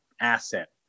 asset